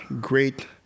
great